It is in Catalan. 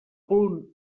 punt